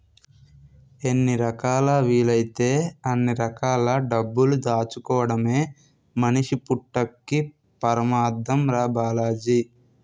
ఎన్ని రకాలా వీలైతే అన్ని రకాల డబ్బులు దాచుకోడమే మనిషి పుట్టక్కి పరమాద్దం రా బాలాజీ